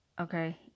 okay